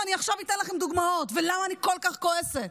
ואני עכשיו אתן לכם דוגמאות ולמה אני כל כך כועסת.